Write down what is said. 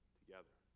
together